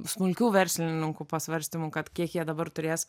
smulkių verslininkų pasvarstymų kad kiek jie dabar turės